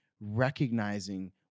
recognizing